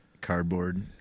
cardboard